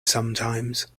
sometimes